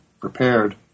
prepared